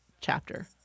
chapter